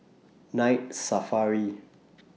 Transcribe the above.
Night Safari